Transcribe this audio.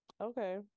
okay